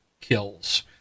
kills